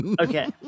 Okay